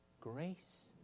Grace